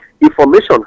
information